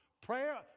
Prayer